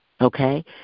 okay